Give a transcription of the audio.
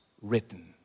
written